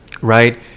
right